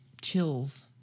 chills